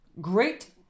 great